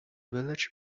village